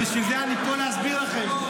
אז בשביל זה אני פה, להסביר לכם.